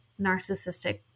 narcissistic